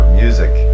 music